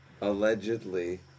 allegedly